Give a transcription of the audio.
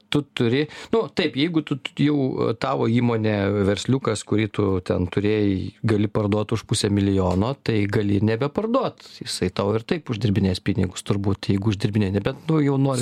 tu turi nu taip jeigu tu jau tavo įmonė versliukas kurį tu ten turėjai gali parduot už pusę milijono tai gali ir nebeparduot jisai tau ir taip uždirbinės pinigus turbūt jeigu uždirbinėji nu nebent jau nori